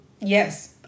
Yes